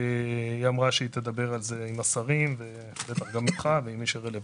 היא אמרה שהיא תדבר על זה עם השרים ובטח גם איתך ועם מי שרלוונטי.